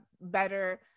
better